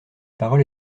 parole